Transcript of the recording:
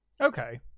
Okay